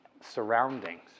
surroundings